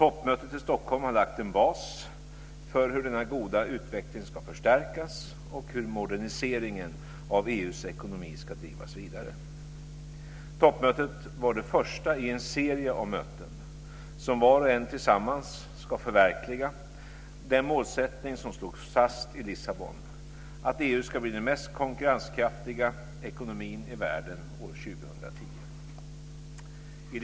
Toppmötet i Stockholm har lagt en bas för hur denna goda utveckling ska förstärkas och hur moderniseringen av EU:s ekonomi ska drivas vidare. Toppmötet var det första i en serie av möten där var och en ska förverkliga den målsättning som slogs fast i Lissabon, att EU ska vara den mest konkurrenskraftiga ekonomin i världen år 2010.